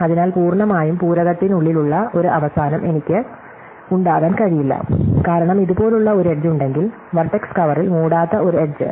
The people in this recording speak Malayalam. അതിനാൽ പൂർണ്ണമായും പൂരകത്തിനുള്ളിലുള്ള ഒരു അവസാനം എനിക്ക് ഉണ്ടാകാൻ കഴിയില്ല കാരണം ഇതുപോലുള്ള ഒരു എഡ്ജ് ഉണ്ടെങ്കിൽ വെർട്ടെക്സ് കവറിൽ മൂടാത്ത ഒരു എഡ്ജ്